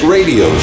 Radio